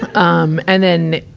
um and then,